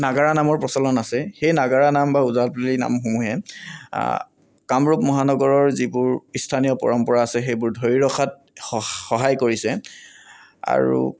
নাগাৰা নামৰ প্ৰচলন আছে সেই নাগাৰা নাম বা ওজা পালি নামসমূহে কামৰূপ মহানগৰৰ যিবোৰ স্থানীয় পৰম্পৰা আছে সেইবোৰ ধৰি ৰখাত স সহায় কৰিছে আৰু